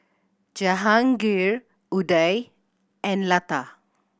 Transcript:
Jehangirr Udai and Lata